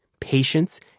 patience